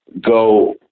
go